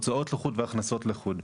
הוצאות לחוד והכנסות לחוד.